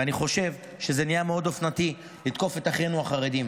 ואני חושב שזה נהיה מאוד אופנתי לתקוף את אחינו החרדים,